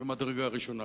ממדרגה ראשונה.